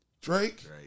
Drake